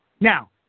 Now